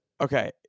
Okay